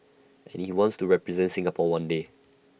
and he wants to represent Singapore one day